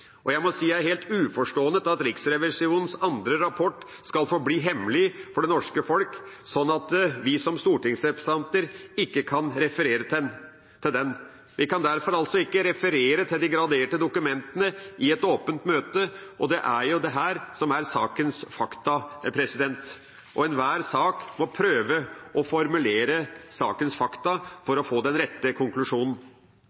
avgradering. Jeg må si jeg er helt uforstående til at Riksrevisjonens andre rapport skal forbli hemmelig for det norske folk, slik at vi som stortingsrepresentanter ikke kan referere til den. Vi kan derfor ikke referere til de graderte dokumentene i et åpent møte, og det er jo dette som er sakens fakta. I enhver sak må en prøve å formulere sakens fakta